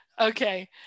Okay